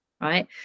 right